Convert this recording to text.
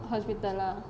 hospital lah